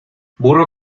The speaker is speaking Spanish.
burro